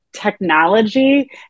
technology